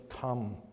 come